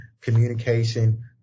communication